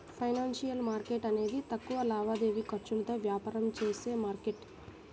financial market అనేది తక్కువ లావాదేవీ ఖర్చులతో వ్యాపారం చేసే మార్కెట్